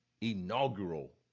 inaugural